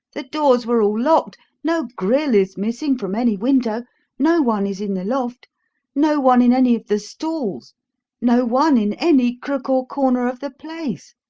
the doors were all locked no grille is missing from any window no one is in the loft no one in any of the stalls no one in any crook or corner of the place.